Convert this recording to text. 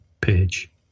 page